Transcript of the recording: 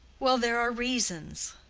well, there are reasons.